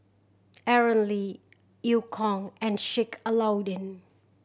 Aaron Lee Eu Kong and Sheik Alau'ddin